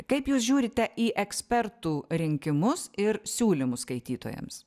kaip jūs žiūrite į ekspertų rinkimus ir siūlymus skaitytojams